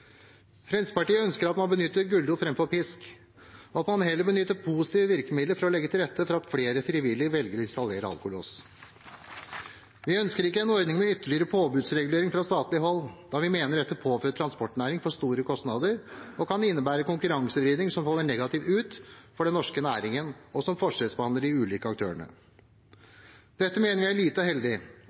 Fremskrittspartiet ønsker at man benytter gulrot framfor pisk, og at man heller benytter positive virkemidler for å legge til rette for at flere frivillig velger å installere alkolås. Vi ønsker ikke en ordning med ytterligere påbudsregulering fra statlig hold, da vi mener dette påfører transportnæringen for store kostnader og kan innebære konkurransevridning som faller negativt ut for den norske næringen, og som forskjellsbehandler de ulike aktørene. Dette mener vi er lite heldig.